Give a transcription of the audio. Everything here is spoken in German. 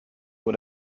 vor